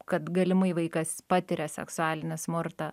kad galimai vaikas patiria seksualinį smurtą